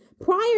Prior